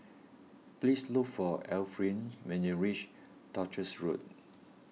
please look for Efrain when you reach Duchess Road